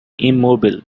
immobile